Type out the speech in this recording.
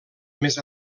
més